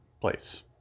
place